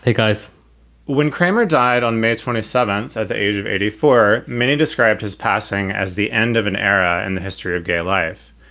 guys when cramer died on may twenty seven of the age of eighty four, many described his passing as the end of an era in the history of gay life.